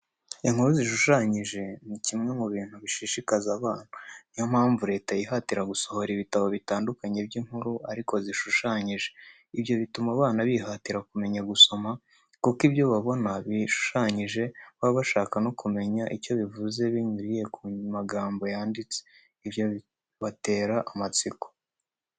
Inkuru zishushanyije ni kimwe mu bintu bishishikaza abana. Niyo mpamvu Leta yihatira gusohora ibitabo bitandukanye by'inkuru, ariko zishushanyije. Ibyo bituma abana bihatira kumenya gusoma kuko ibyo babona bishushanyije baba bashaka no kumenya icyo bivuze binyuriye ku magambo yanditse.I byo bibatera amatsiko.